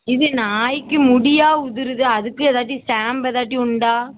இது நாய்க்கு முடியாக உதிருது அதுக்கும் ஏதாச்சும் ஷாம்ப்பு ஏதாச்சும் உண்டா